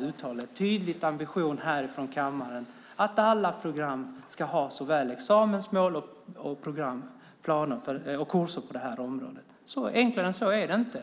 Uttala bara en tydlig ambition här ifrån kammaren att alla program ska ha såväl examensmål som kurser på området. Svårare än så är det inte!